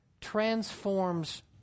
transforms